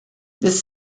this